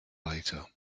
later